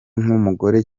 nk’umugore